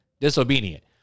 disobedient